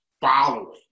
following